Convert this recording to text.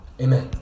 Amen